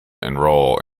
enroll